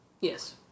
Yes